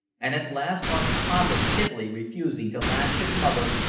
and at last on positively refusing to lash his mother,